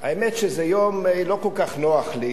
האמת שזה יום לא כל כך נוח לי,